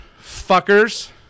fuckers